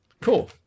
Cool